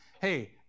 Hey